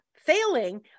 failing